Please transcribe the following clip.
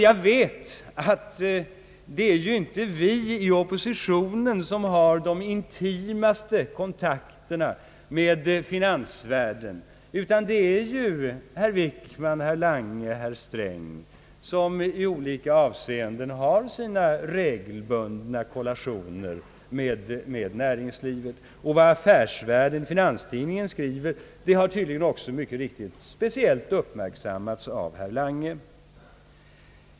Jag vet att det inte är vi 1 oppositionen, som har de intimaste kontakterna med finansvärlden, utan det är herr Wickman, herr Lange och herr Sträng som i olika avseenden har regelbundna kollationer med näringslivet. Vad Affärsvärlden—Finanstidningen skriver har tydligen också mycket riktigt speciellt uppmärksammats av herr Lange.